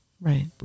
Right